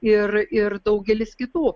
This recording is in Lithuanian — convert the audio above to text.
ir ir daugelis kitų